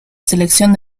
selección